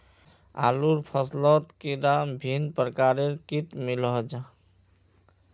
आलूर फसलोत कैडा भिन्न प्रकारेर किट मिलोहो जाहा?